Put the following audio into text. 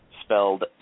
spelled